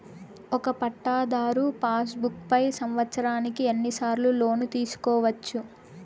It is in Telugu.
ఒక పట్టాధారు పాస్ బుక్ పై సంవత్సరానికి ఎన్ని సార్లు లోను తీసుకోవచ్చు?